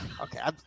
okay